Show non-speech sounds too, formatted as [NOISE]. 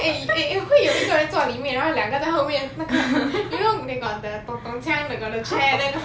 eh eh 会有一个人坐里面然后两个在后面那个 you know they got the [NOISE] they got the chair and then